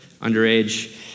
Underage